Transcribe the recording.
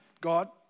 God